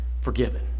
forgiven